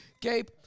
Gabe